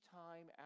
time